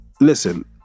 Listen